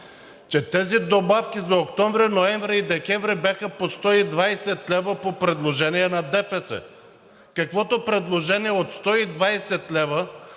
че тези добавки за октомври, ноември и декември бяха по 120 лв. по предложение на ДПС, каквото предложение от 120 лв.